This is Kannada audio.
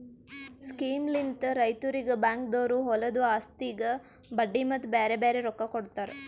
ಸ್ಕೀಮ್ಲಿಂತ್ ರೈತುರಿಗ್ ಬ್ಯಾಂಕ್ದೊರು ಹೊಲದು ಆಸ್ತಿಗ್ ಬಡ್ಡಿ ಮತ್ತ ಬ್ಯಾರೆ ಬ್ಯಾರೆ ರೊಕ್ಕಾ ಕೊಡ್ತಾರ್